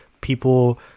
people